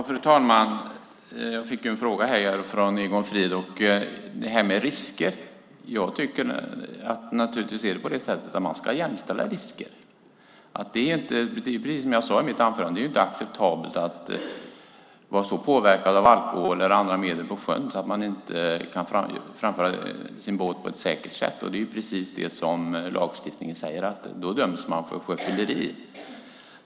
Fru talman! Jag fick en fråga här från Egon Frid om risker. Man ska naturligtvis jämställa risker. Precis som jag sade i mitt anförande är det inte acceptabelt att på sjön vara så påverkad av alkohol eller andra medel att man inte kan framföra sin båt på ett säkert sätt. Det är som lagstiftningen säger. Då döms man för sjöfylleri.